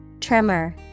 Tremor